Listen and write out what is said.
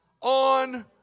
on